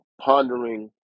pondering